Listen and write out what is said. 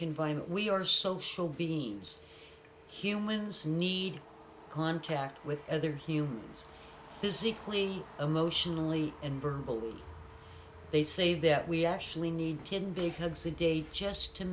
confinement we are social beings humans need contact with other humans physically emotionally and verbally they say that we actually need good big hugs a day just to